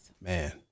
Man